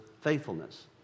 faithfulness